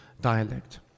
dialect